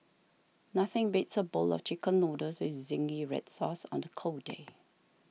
nothing beats a bowl of Chicken Noodles with Zingy Red Sauce on a cold day